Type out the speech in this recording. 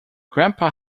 grandpa